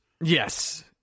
Yes